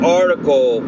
article